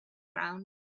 ground